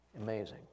Amazing